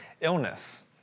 illness